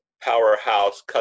powerhouse